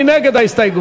מי נגד ההסתייגות?